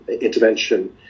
intervention